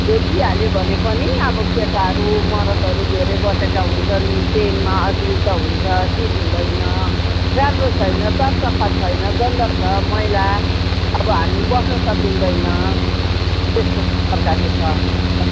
भेटिहाल्यो भने पनि अब केटाहरू मरदहरू धेरै बसेका हुन्छन् ट्रेनमा असुबिस्ता हुन्छ सिट हुँदैन राम्रो छैन सरसफाई छैन गन्दा छ मैला अब हामी बस्नु सकिँदैन त्यस्तो प्रकारको छ